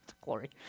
glory